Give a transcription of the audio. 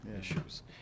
issues